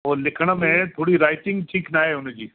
उहो लिखण में थोरी राइटिंग ठीकु नाहे हुनजी